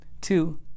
Two